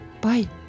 Bye